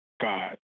God